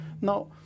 now